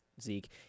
Zeke